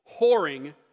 whoring